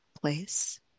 place